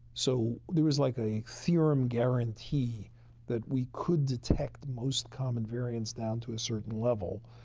so, there was like a theorem guarantee that we could detect most common variants down to a certain level.